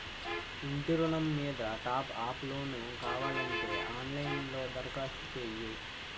ఇంటి ఋణం మీద టాప్ అప్ లోను కావాలంటే ఆన్ లైన్ లో దరఖాస్తు చెయ్యు